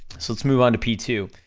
so let's move on to p two.